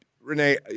Renee